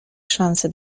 szanse